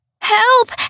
Help